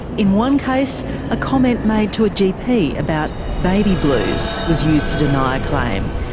in one case a comment made to a gp about baby blues was used to deny a claim,